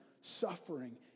suffering